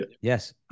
yes